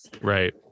right